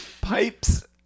pipes